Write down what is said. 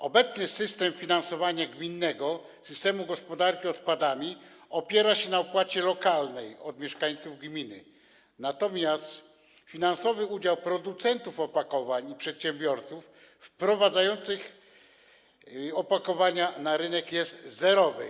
Obecny system finansowania gminnego systemu gospodarki odpadami opiera się na opłacie lokalnej pobieranej od mieszkańców gminy, natomiast finansowy udział producentów opakowań i przedsiębiorców wprowadzających opakowania na rynek jest tu zerowy.